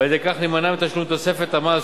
ועל-ידי כך להימנע מתשלום תוספת המס,